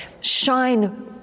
shine